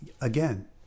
again